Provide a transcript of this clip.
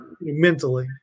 mentally